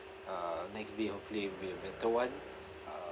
uh next day you all pray will be a better [one] uh